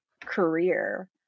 career –